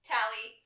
Tally